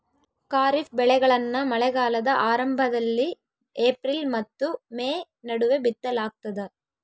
ಖಾರಿಫ್ ಬೆಳೆಗಳನ್ನ ಮಳೆಗಾಲದ ಆರಂಭದಲ್ಲಿ ಏಪ್ರಿಲ್ ಮತ್ತು ಮೇ ನಡುವೆ ಬಿತ್ತಲಾಗ್ತದ